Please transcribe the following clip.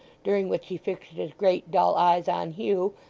during which he fixed his great dull eyes on hugh,